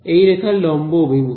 এই রেখার লম্ব অভিমুখে